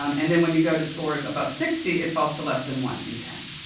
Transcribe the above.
um and then, when you go to scores above sixty, it falls to less than one in ten.